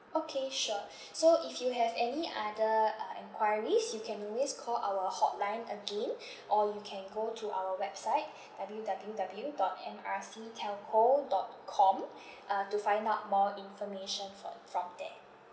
okay sure so if you have any other uh enquiries you can always call our hotline again or you can go to our website W W W dot M R C telco dot com uh to find out more information for from there